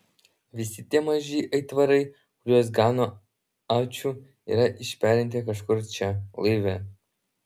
visi tie maži aitvarai kuriuos gano ačiū yra išperinti kažkur čia laive